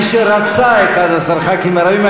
מי שרצה 11 חברי כנסת ערבים,